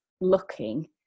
looking